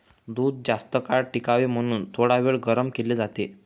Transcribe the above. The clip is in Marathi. दूध जास्तकाळ टिकावे म्हणून थोडावेळ गरम केले जाते